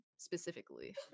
specifically